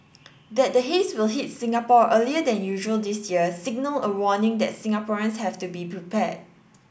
that the haze will hit Singapore earlier than usual this year signalled a warning that Singaporeans have to be prepared